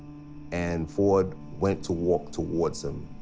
and ford went to walk towards him.